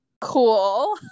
Cool